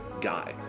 guy